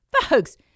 Folks